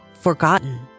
forgotten